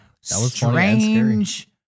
strange